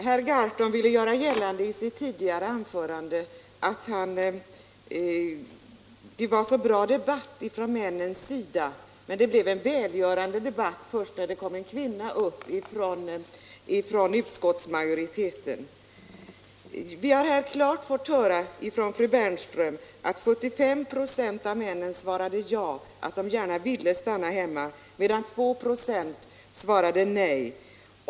Herr talman! Herr Gahrton ville i sitt tidigare anförande göra gällande att männen förde en bra debatt, men det blev en välgörande debatt först när en kvinna från utskottsmajoriteten kom upp. Vi har här klart fått höra av fru Bernström att 75 96 av männen sade ja — de ville gärna stanna hemma — medan 2 96 svarade nej.